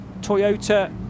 Toyota